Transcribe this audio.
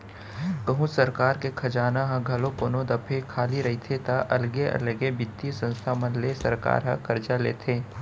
कहूँ सरकार के खजाना ह घलौ कोनो दफे खाली रहिथे ता अलगे अलगे बित्तीय संस्था मन ले सरकार ह करजा लेथे